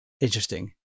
Interesting